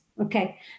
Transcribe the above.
Okay